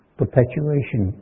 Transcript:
perpetuation